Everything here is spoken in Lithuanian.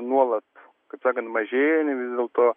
nuolat kaip skant mažėja dėl to